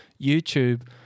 YouTube